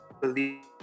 believe